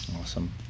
Awesome